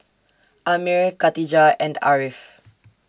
Ammir Katijah and Ariff